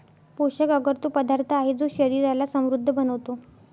पोषक अगर तो पदार्थ आहे, जो शरीराला समृद्ध बनवतो